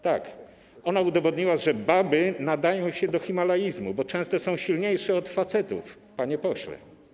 Tak, ona udowodniła, że baby nadają się do himalaizmu, bo często są silniejsze od facetów, panie pośle.